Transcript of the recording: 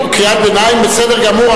קריאת ביניים בסדר גמור,